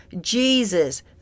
Jesus